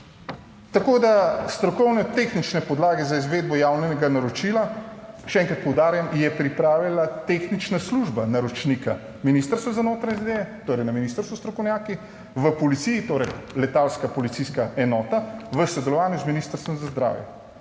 Tako, da strokovno tehnične podlage za izvedbo javnega naročila, še enkrat poudarjam, je pripravila tehnična služba naročnika Ministrstva za notranje zadeve, torej na ministrstvu strokovnjaki, v policiji, torej letalska policijska enota v sodelovanju z Ministrstvom za zdravje.